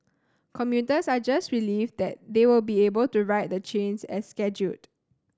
commuters are just relieved they will be able to ride the trains as scheduled